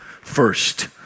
first